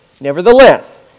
Nevertheless